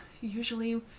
usually